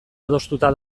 adostuta